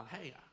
Hey